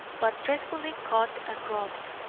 but dreadfully cut and rubbed.